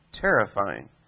terrifying